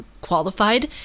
qualified